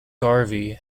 garvey